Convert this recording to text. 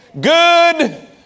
Good